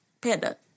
panda